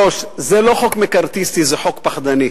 זה לא חוק מקארתיסטי, זה חוק פחדני.